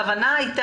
זו הייתה הכוונה.